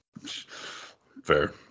Fair